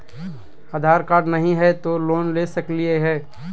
आधार card नही हय, तो लोन ले सकलिये है?